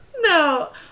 No